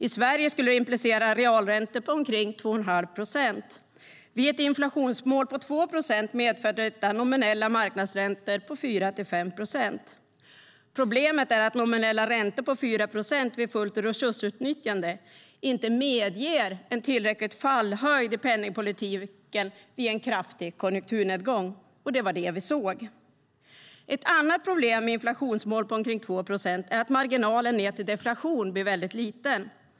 I Sverige skulle det implicera realräntor på omkring 2,5 procent. Vid ett inflationsmål på 2 procent medför detta nominella marknadsräntor på 4-5 procent. Problemet är att nominella räntor på 4 procent vid fullt resursutnyttjande inte medger en tillräcklig fallhöjd i penningpolitiken i en kraftig konjunkturnedgång, och det var det vi såg. Ett annat problem med ett inflationsmål på omkring 2 procent är att marginalen ned till deflation blir väldigt liten.